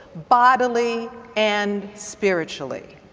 bodyily and spiritually.